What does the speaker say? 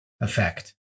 effect